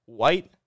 white